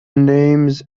names